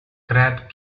crab